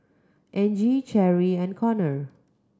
Angie Cherri and Conner